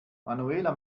manuela